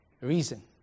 Reason